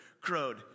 crowed